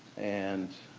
and